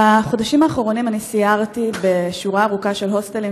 בחודשים האחרונים סיירתי בשורה ארוכה של הוסטלים